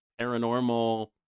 paranormal